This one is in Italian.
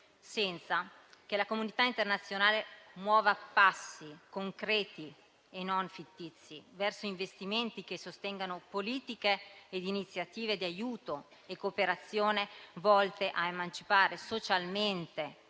senza che la comunità internazionale muova passi concreti, e non fittizi, verso investimenti che sostengano politiche ed iniziative di aiuto e cooperazione volte a emancipare socialmente,